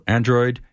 Android